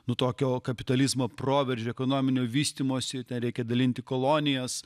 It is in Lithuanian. nuo tokio kapitalizmo proveržio ekonominio vystymosi ten reikia dalinti kolonijas